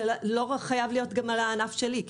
זה לא חייב להיות רק לגבי הענף שלי.